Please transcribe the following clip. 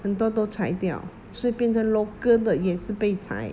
很多都裁掉所以变成 local 的也是被裁